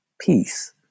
peace